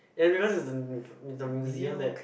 ya because is the the museum that